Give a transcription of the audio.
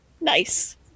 Nice